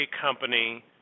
company